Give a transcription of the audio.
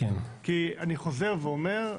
אני חוזר ואומר,